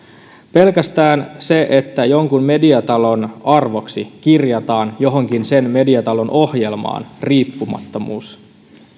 pelkästään se että jonkun mediatalon arvoksi kirjataan johonkin sen mediatalon ohjelmaan riippumattomuus